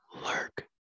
Lurk